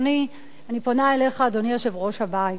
אני פונה אליך, אדוני יושב-ראש הבית,